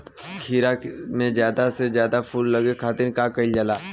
खीरा मे ज्यादा से ज्यादा फूल लगे खातीर का कईल जाला?